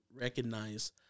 recognize